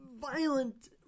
Violent